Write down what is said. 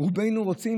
רובנו רוצים,